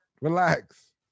Relax